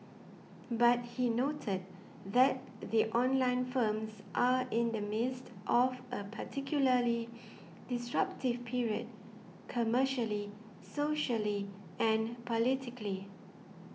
but he noted that the online firms are in the midst of a particularly disruptive period commercially socially and politically